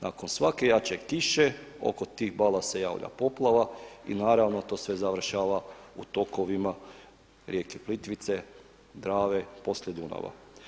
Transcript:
Nakon svake jače kiše oko tih bala se javlja poplava i naravno to sve završava u tokovima rijeke Plitvice, Drave, podlije Dunava.